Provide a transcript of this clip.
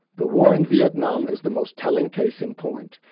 the war in vietnam is the most telling case in point.